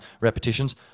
repetitions